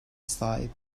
sahip